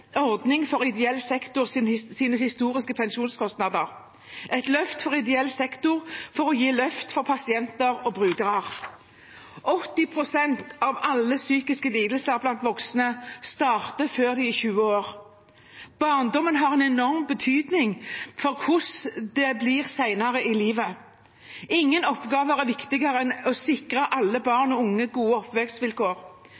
ordning for ideell sektors historiske pensjonskostnader, et løft for ideell sektor for å gi et løft for pasienter og brukere. 80 pst. av alle psykiske lidelser blant voksne starter før man er 20 år. Barndommen har enorm betydning for hvordan det blir senere i livet. Ingen oppgave er viktigere enn å sikre alle